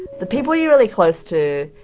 the people you're really close to,